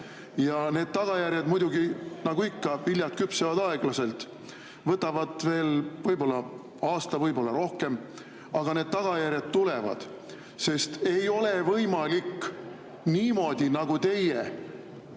Ja need tagajärjed muidugi, nagu ikka, viljad küpsevad aeglaselt, võtavad veel võib-olla aasta, võib-olla rohkem, aga need tagajärjed tulevad, sest ei ole võimalik niimoodi, nagu teie